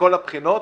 מכל הבחינות.